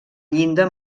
llinda